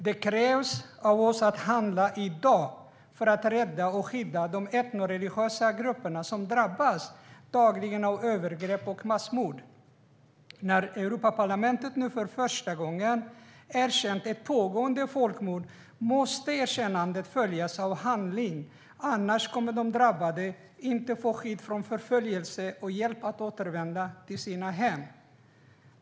Det krävs av oss att vi handlar i dag om vi ska kunna rädda och skydda de etnoreligiösa grupper som dagligen drabbas av övergrepp och massmord. När Europaparlamentet nu för första gången har erkänt ett pågående folkmord måste erkännandet följas av handling. Annars kommer inte de drabbade att få skydd från förföljelse och ingen hjälp att återvända till sina hem.